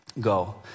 go